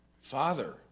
Father